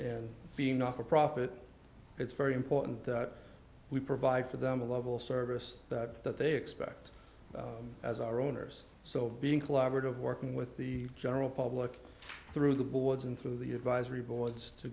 and being off a profit it's very important that we provide for them a level of service that that they expect as our owners so being collaborative working with the general public through the boards and through the advisory boards to